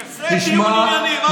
זה דיון ענייני, מה שאני אומר.